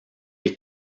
est